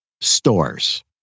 stores